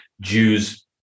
Jews